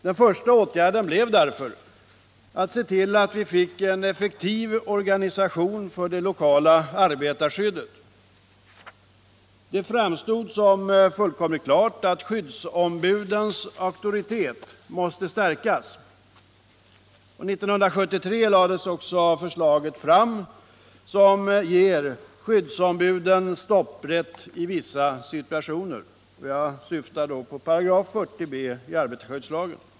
Den första åtgärden blev därför att se till att vi fick en effektiv organisation för det lokala arbetarskyddet. Det framstod som fullkomligt klart att skyddsombudens auktoritet måste stärkas. 1973 lades också ett förslag fram som gav skyddsombuden stopprätt i vissa situationer; jag syftar på 40 b§ arbetarskyddslagen.